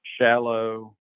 shallow